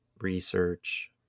research